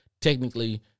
Technically